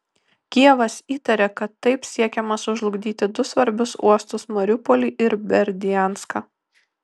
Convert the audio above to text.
kijevas įtaria kad taip siekiama sužlugdyti du svarbius uostus mariupolį ir berdianską